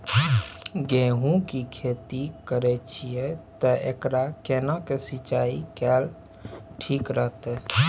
गेहूं की खेती करे छिये ते एकरा केना के सिंचाई कैल ठीक रहते?